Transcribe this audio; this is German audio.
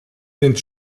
sind